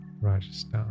Rajasthan